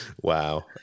Wow